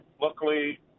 luckily